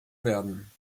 werden